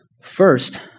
First